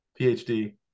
phd